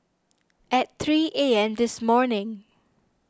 at three A M this morning